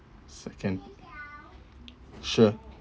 second sure